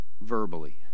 verbally